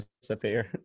Disappear